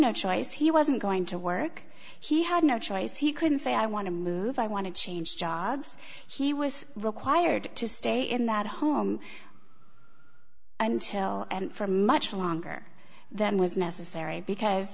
no choice he wasn't going to work he had no choice he couldn't say i want to move i want to change jobs he was required to stay in that home until and for much longer than was necessary because